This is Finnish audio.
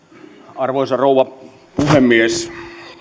arvoisa rouva puhemies